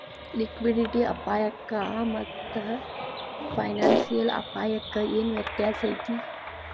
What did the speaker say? Liquidity ಅಪಾಯಕ್ಕಾಮಾತ್ತ financial ಅಪ್ಪಾಯಕ್ಕ ಏನ್ ವ್ಯತ್ಯಾಸೈತಿ?